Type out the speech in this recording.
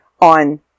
on